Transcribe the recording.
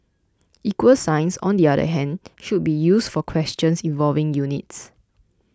equal signs on the other hand should be used for questions involving units